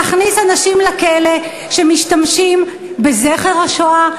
להכניס לכלא אנשים שמשתמשים בזכר השואה?